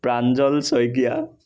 Pranjal Saikia